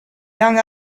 young